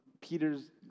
Peter's